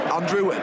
Andrew